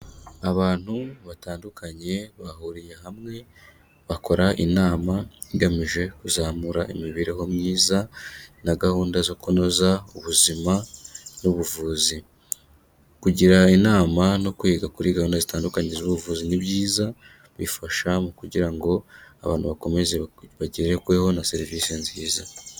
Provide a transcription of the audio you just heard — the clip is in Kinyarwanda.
Abantu batandukanye bahuriye hamwe bakora inama igamije kuzamura imibereho myiza na gahunda zo kunoza ubuzima n'ubuvuzi. Kugira inama no kwiga kuri gahunda zitandukanye z'ubuvuzi ni byiza bifasha mu kugira ngo abantu bakomeze bagerweho na serivisi nziza.